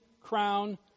crown